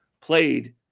played